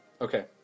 Okay